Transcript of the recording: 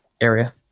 area